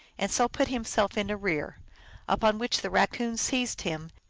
and so put himself in arrear upon which the kaccoon seized him,